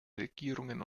regierungen